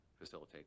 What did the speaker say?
facilitate